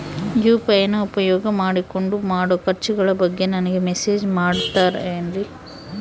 UPI ನ ಉಪಯೋಗ ಮಾಡಿಕೊಂಡು ಮಾಡೋ ಖರ್ಚುಗಳ ಬಗ್ಗೆ ನನಗೆ ಮೆಸೇಜ್ ಬರುತ್ತಾವೇನ್ರಿ?